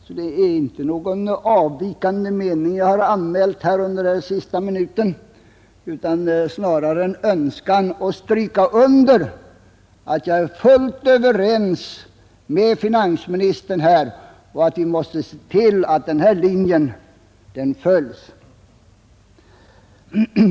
Det är således inte någon avvikande mening som jag har anmält under den senaste minuten, utan det är snarare en önskan att stryka under att jag är fullt överens med finansministern härvidlag och att vi måste se till att denna linje följs.